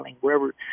wherever